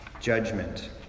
judgment